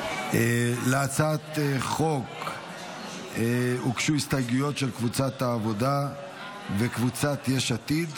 להצעת החוק הוגשו הסתייגויות של קבוצת העבודה וקבוצת יש עתיד,